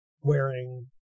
wearing